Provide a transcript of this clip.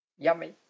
Yummy